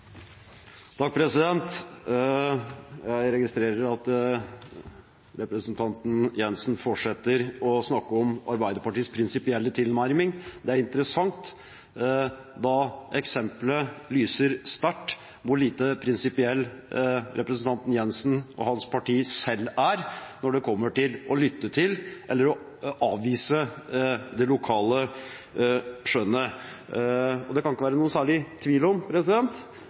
interessant, siden eksemplet lyser sterkt, hvor lite prinsipiell representanten Jenssen og hans parti selv er når det kommer til det å lytte til eller å avvise det lokale skjønnet. Det kan ikke være noen særlig tvil om